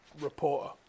reporter